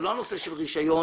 זה לא הנושא של רישיון